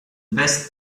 best